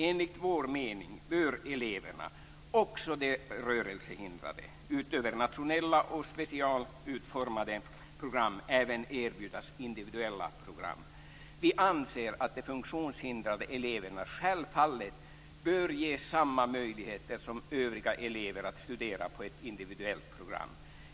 Enligt vår mening bör eleverna - också de rörelsehindrade - utöver nationella och specialutformade program även erbjudas individuella program. Vi anser att de funktionshindrade eleverna självfallet bör ges samma möjligheter som övriga elever att studera på ett individuellt program.